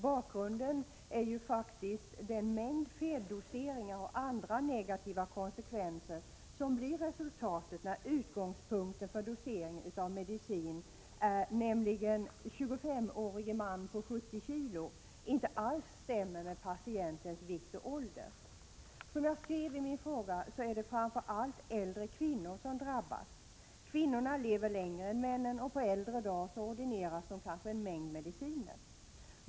Bakgrunden är ju den mängd feldoseringar och andra negativa konsekvenser som faktiskt blir resultatet när utgångspunkten för dosering av medicin är en 25-årig man på 70 kg och doseringen sedan i många fall inte alls stämmer med patientens vikt och ålder. Som jag skriver i min fråga är det framför allt äldre kvinnor som drabbas. Kvinnorna lever längre än männnen, och på äldre dagar ordineras de kanske en mängd mediciner.